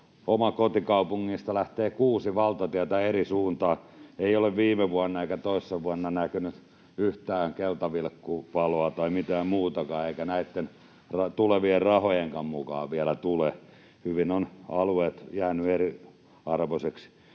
Omasta kotikaupungistani lähtee kuusi valtatietä eri suuntiin. Ei ole viime vuonna eikä toissa vuonna näkynyt yhtään keltavilkkuvaloa tai mitään muutakaan, eikä näitten tulevien rahojenkaan mukana vielä tule. Hyvin ovat alueet jääneet eriarvoisiksi.